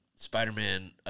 Spider-Man